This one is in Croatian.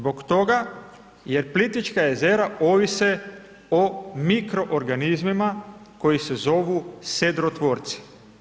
Zbog toga jer Plitvička jezera ovise o mikroorganizmima koji se zovu sedrotvorci.